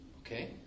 Okay